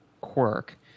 Quirk